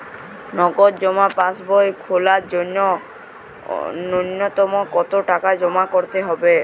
নগদ জমা পাসবই খোলার জন্য নূন্যতম কতো টাকা জমা করতে হবে?